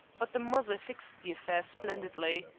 but the mother fixed the affair splendidly.